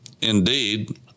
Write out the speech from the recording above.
indeed